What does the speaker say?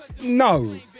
No